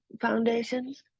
foundations